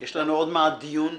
יש לנו עוד מעט דיון.